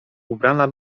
ubrana